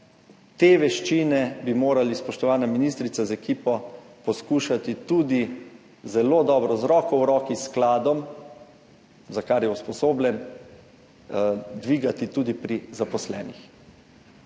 te veščine bi morali, spoštovana ministrica, z ekipo poskušati tudi zelo dobro, z roko v roki s skladom, za kar je usposobljen, dvigati tudi pri zaposlenih.